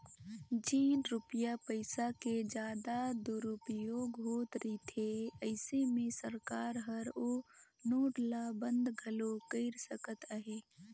जेन रूपिया पइसा के जादा दुरूपयोग होत रिथे अइसे में सरकार हर ओ नोट ल बंद घलो कइर सकत अहे